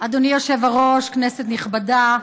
אדוני היושב-ראש, כנסת נכבדה,